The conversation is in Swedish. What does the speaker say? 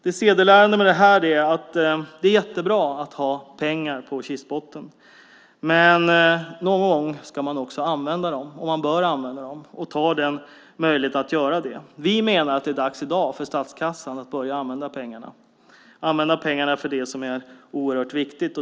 Det sedelärande med det här är att det är jättebra att ha pengar på kistbotten, men att man någon gång också ska använda dem. Man bör använda dem och ta möjligheten att göra det. Vi menar att det i dag är dags för statskassan att börja använda pengarna för det som är oerhört viktigt.